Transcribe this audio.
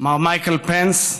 מר מייקל פנס,